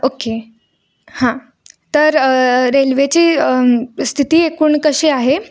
okay हां तर रेल्वेची स्थिती एकूण कशी आहे